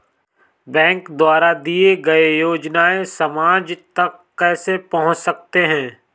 Bank द्वारा दिए गए योजनाएँ समाज तक कैसे पहुँच सकते हैं?